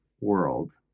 world